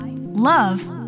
love